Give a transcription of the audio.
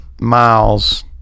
miles